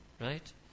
right